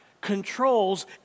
controls